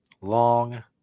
long